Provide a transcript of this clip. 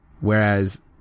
Whereas